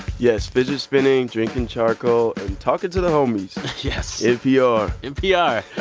yes, fidget spinning, drinking charcoal and talking to the homies yes npr npr.